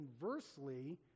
Conversely